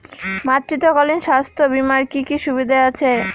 মাতৃত্বকালীন স্বাস্থ্য বীমার কি কি সুবিধে আছে?